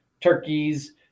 turkeys